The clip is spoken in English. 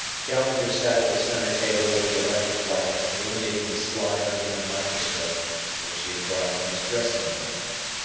challenger sat at the centre table with the electric light illuminating the slide under the microscope which he had brought from his dressing room.